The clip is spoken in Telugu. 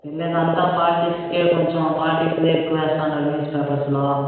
వెళ్ళేది అంతా పాలిటిక్స్కు కొంచెం పాలిటిక్స్ ఎక్కువ వేస్తున్నారు న్యూస్పేపర్లో